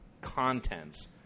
contents